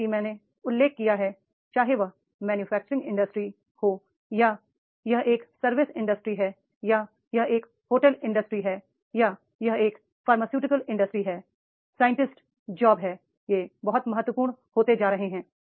जैसा कि मैंने उल्लेख किया है चाहे यह मैन्युफैक्च रिंग इंडस्ट्री हो या यह एक सर्वि स इंडस्ट्री है या यह एक होटल इंडस्ट्री है या यह एक फार्मास्युटिकल इंडस्ट्री है साइंटिस्ट जॉब हैं वे बहुत महत्वपूर्ण होते जा रहे हैं